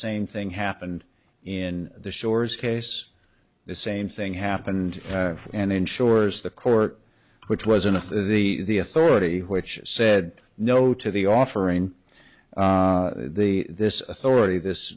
same thing happened in the shores case the same thing happened and ensures the court which was enough of the authority which said no to the offering the this authority this